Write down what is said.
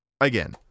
again